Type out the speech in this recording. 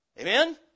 Amen